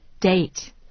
date